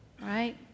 Right